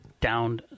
down